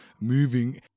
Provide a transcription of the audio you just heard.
moving